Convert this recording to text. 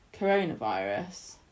coronavirus